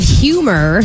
humor